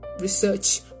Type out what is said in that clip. research